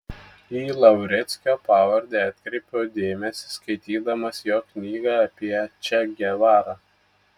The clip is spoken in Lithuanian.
į lavreckio pavardę atkreipiau dėmesį skaitydamas jo knygą apie če gevarą